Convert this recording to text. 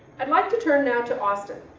i'd like to turn now to austin,